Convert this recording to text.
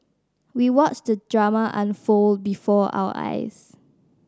we watched the drama unfold before our eyes